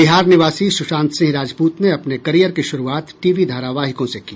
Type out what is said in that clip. बिहार निवासी सुशांत सिंह राजपूत ने अपने करियर की शुरूआत टीवी धारावाहिकों से की